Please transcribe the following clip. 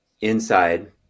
inside